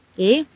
Okay